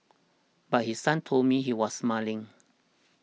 but his son told me he was smiling